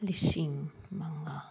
ꯂꯤꯁꯤꯡ ꯃꯉꯥ